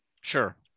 Sure